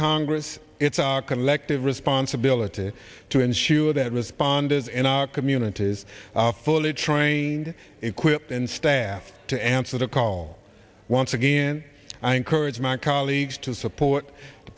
congress it's our collective responsibility to ensure that responders in our communities are fully trained equipped and staffed to answer the call once again i encourage my colleagues to support the